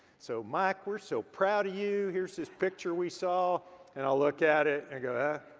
so mike, we're so proud of you. here's this picture we saw and ill look at it and go, ah,